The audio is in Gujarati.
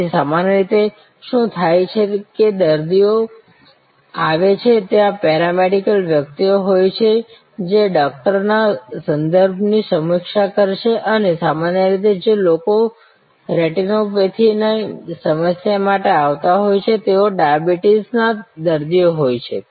તેથી સામાન્ય રીતે શું થાય છે કે દર્દી આવે છે ત્યાં પેરામેડિક વ્યક્તિ હોય છે જે ડૉક્ટરના સંદર્ભ ની સમીક્ષા કરશે અને સામાન્ય રીતે જે લોકો રેટિનોપેથીની સમસ્યા માટે આવતા હોય છે તેઓ ડાયાબિટીસના દર્દી હોય છે